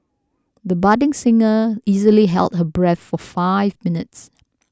the budding singer easily held her breath for five minutes